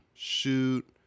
shoot